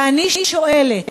ואני שואלת,